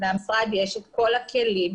למשרד יש את כל הכלים,